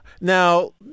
Now